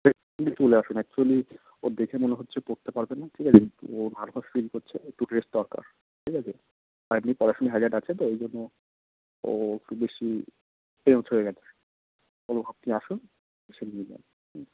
এক্ষুণি চলে আসুন অ্যাকচুয়েলি ওর দেখে মনে হচ্ছে পড়তে পারবে না ঠিক আছে ওর হাত পা সিংক করছে ওর একটু রেস্ট দরকার ঠিক আছে অ্যাডমিট করার সময় হ্যাযার্ড আছে তো ওই জন্য ও একটু বেশি টেন্সড হয়ে গেছে তো আপনি আসুন এসে নিয়ে যান হুম